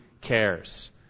cares